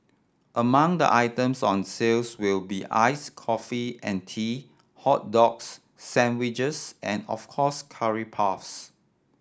among the items on sales will be ice coffee and tea hot dogs sandwiches and of course curry puffs